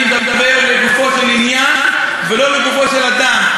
אני מדבר לגופו של עניין ולא לגופו של אדם.